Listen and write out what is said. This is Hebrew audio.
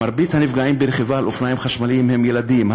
מרבית הנפגעים ברכיבה על אופניים חשמליים הם ילדים,